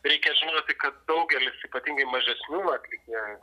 reikia žinoti kad daugelis ypatingai mažesnių atlikėjų